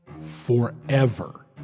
Forever